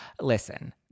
listen